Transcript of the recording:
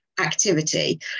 activity